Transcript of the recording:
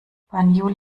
banjul